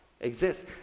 exist